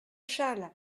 châle